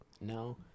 No